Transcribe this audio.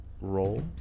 role